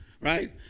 right